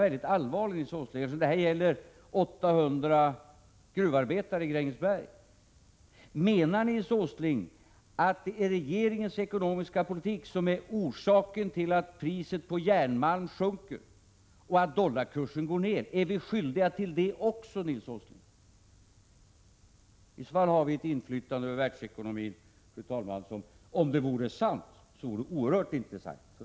Eftersom det här gäller 800 gruvarbetare i Grängesberg är jag nu mycket allvarlig: Menar Nils Åsling att det är regeringens ekonomiska politik som är orsaken till att priset på järnmalm sjunker och att dollarkursen går ned? Är vi skyldiga till det också, Nils Åsling? I så fall skulle vi ha ett inflytande över världsekonomin som vore oerhört intressant, fru talman.